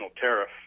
tariff